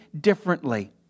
differently